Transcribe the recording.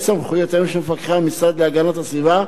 את סמכויותיהם של מפקחי המשרד להגנת הסביבה,